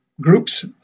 groups